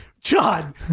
John